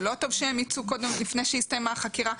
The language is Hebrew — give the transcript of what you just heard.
שלא טוב שהם יצאו לפני שהסתיימה החקירה.